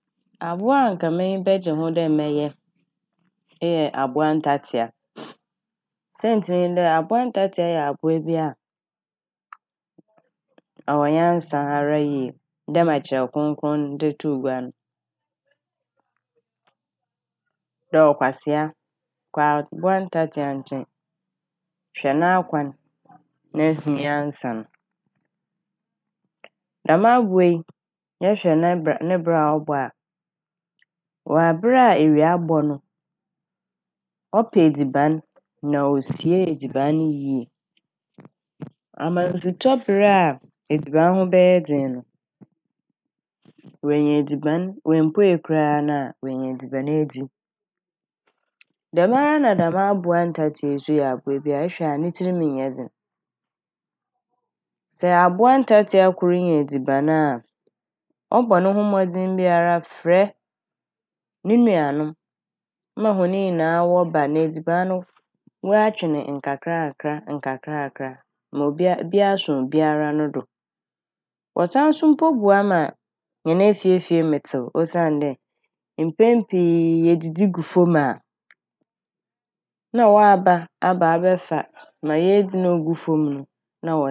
Abowa a anka a m'enyi bɛgye ho dɛ mɛyɛ eyɛ abowa ntatsea. Saintsir nye dɛ abowa ntatsea yɛ abowa bi a ɔwɔ nyansa ara yie dɛma Kyerɛw Krɔnkrɔn ne de too gua no dɛ ɔkwasea kɔ abowa ntatsea nkyɛn hwɛ n'akwan na hu nyansa no. Dɛm abowa yi ɛhwɛ ne bra- ne bra a ɔbɔ a wɔ aber a ewia abɔ no ɔpɛ edziban na osie edziban ne yie ama nsutɔber a edziban ho bɛyɛ dzen no oenya edziban, oemmpuei koraa na oenya edziban edzi. Dɛmara na dɛm abowa ntatsea yi so yɛ abowa bi a ɛhwɛ a ne tsirmu nnyɛ dzen. Sɛ abowa ntatsea kor nya edziban a ɔbɔ no ho mbɔdzen biara frɛ ne nuanom ma hɔn nyinaa wɔba na edziban no wɔatwe ne nkakrankra nkakrankra ma ob-bi aso obiara no do. Wɔsan so mpo boa ma hɛn efiefie mem tsew osiandɛ mpɛn pii yedzidzi gu famu a na wɔaba abɛ abafa ma yedzi na ogu famu no na wɔdze kɔ.